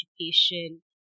education